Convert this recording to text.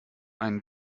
einen